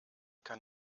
kann